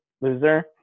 loser